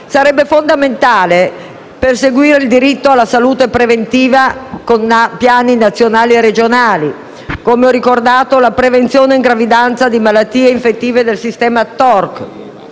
Sarebbe fondamentale perseguire il diritto alla salute preventiva con piani nazionali e regionali e, come ho ricordato, la prevenzione in gravidanza di malattie infettive del sistema TORCH.